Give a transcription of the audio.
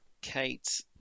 kate